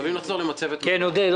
מקווים לחזור למצבת מלאה.